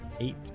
eight